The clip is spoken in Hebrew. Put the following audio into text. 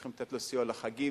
צריכים לתת לו סיוע לחגים,